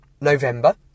November